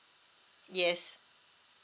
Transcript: yes